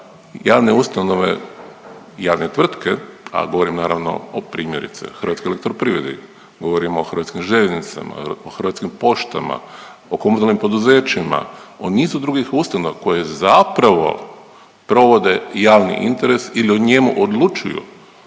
javne ustanove i javne tvrtke, a govorim naravno o primjerice HEP-u, govorim o HŽ-u, o Hrvatskim poštama, o komunalnim poduzećima, o nizu drugih ustanova koje zapravo provode i javni interes ili o njemu odlučuju